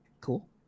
Cool